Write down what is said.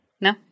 No